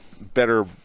better